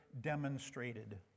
demonstrated